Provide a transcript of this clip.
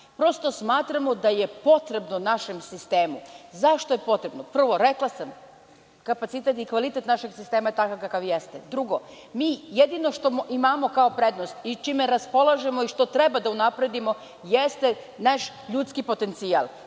Smatramo da je potrebno našem sistemu. Zašto? Upravo sam rekla, kapacitet i kvalitet našeg sistema je takav kakav jeste. Drugo, mi jedino što imamo kao prednost i čime raspolažemo i što treba da unapredimo jeste naš ljudski potencijal,